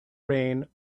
rain